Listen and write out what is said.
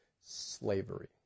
slavery